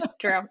true